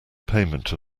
payment